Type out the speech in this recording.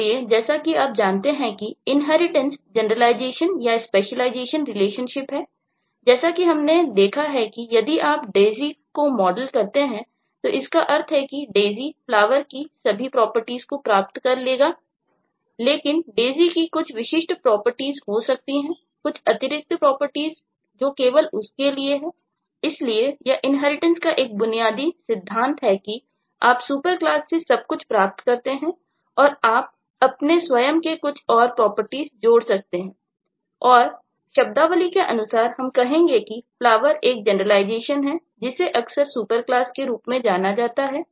इसलिए जैसा कि आप जानते हैं कि इन्हेरिटेंस कहा जाता है